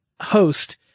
host